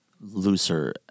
looser